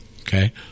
Okay